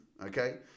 Okay